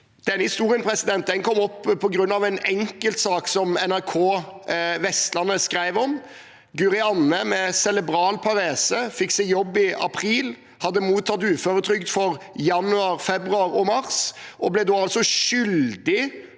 Denne historien kom opp på grunn av en enkeltsak som NRK Vestland skrev om. Guri Anne med cerebral parese fikk seg jobb i april. Hun hadde mottatt uføretrygd for januar, februar og mars og ble da,